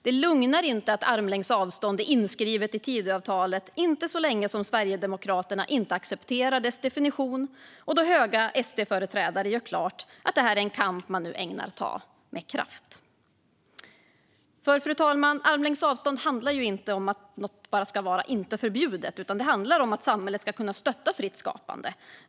Det lugnar inte att armlängds avstånd är inskrivet i Tidöavtalet, inte så länge Sverigedemokraterna inte accepterar dess definition och inte då höga SD-företrädare gör klart att detta är en kamp man ämnar ta med kraft. Fru talman! Armlängds avstånd handlar inte bara om att något inte ska vara förbjudet, utan det handlar om att samhället ska kunna stötta fritt skapande.